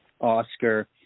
Oscar